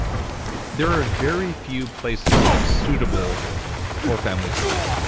there are very few places suitable for families to rent.